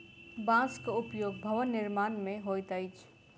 बांसक उपयोग भवन निर्माण मे होइत अछि